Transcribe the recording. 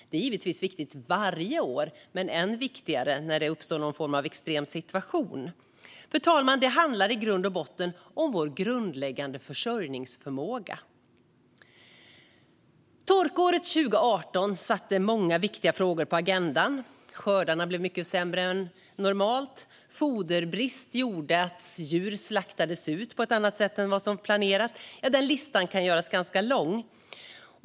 Det är givetvis viktigt varje år men ännu viktigare när det uppstår en extrem situation. Det handlar ju i grund och botten om vår grundläggande försörjningsförmåga. Torkåret 2018 satte många viktiga frågor på agendan. Skördarna blev mycket sämre än normalt, och foderbrist gjorde att fler djur än planerat slaktades. Listan kan göras lång.